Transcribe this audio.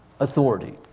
Authority